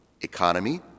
economy